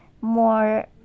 more